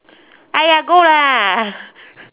!aiya! go lah